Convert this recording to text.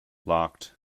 locked